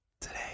Today